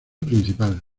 principal